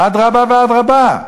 אדרבה ואדרבה,